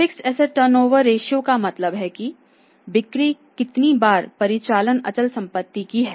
fixed asset turnover ratio का मतलब है कि बिक्री कितनी बार परिचालन अचल संपत्ति की है